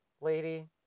lady